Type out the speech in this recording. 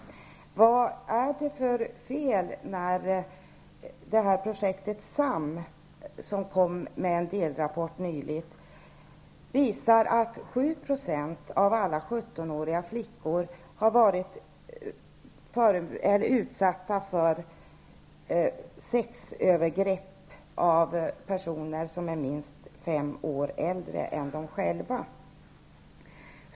Vad är det för fel när ett projekt som nyligen kom med en delrapport visar att 7 % av alla 17-åriga flickor har varit utsatta för sexövergrepp av personer som är minst fem år äldre än de själva?